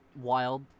wild